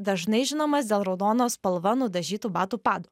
dažnai žinomas dėl raudona spalva nudažytų batų padų